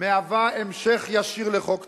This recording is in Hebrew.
היא המשך ישיר לחוק טל,